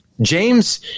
James